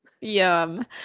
Yum